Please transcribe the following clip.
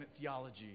theology